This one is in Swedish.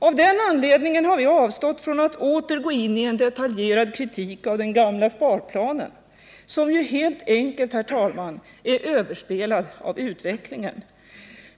Av den anledningen har vi avstått från att åter gå in på en detaljerad kritik av den gamla sparplanen, som ju helt enkelt, herr talman, är överspelad av utvecklingen.